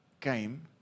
came